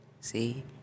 See